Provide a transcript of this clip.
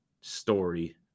story